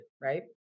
Right